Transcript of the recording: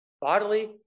bodily